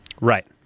Right